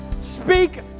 Speak